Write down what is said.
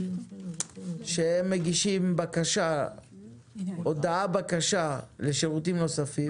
שהם מגישים הודעה-בקשה לשירותים נוספים.